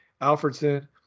Alfredson